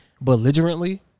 belligerently